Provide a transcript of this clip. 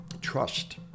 trust